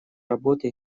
работы